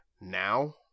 now